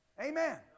Amen